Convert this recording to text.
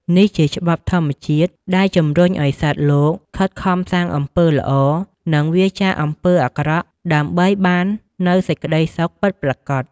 នេះជាច្បាប់ធម្មជាតិដែលជំរុញឲ្យសត្វលោកខិតខំសាងអំពើល្អ និងវៀរចាកអំពើអាក្រក់ ដើម្បីបាននូវសេចក្តីសុខពិតប្រាកដ។